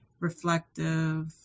reflective